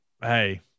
hey